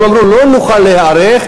הם אמרו: לא נוכל להיערך,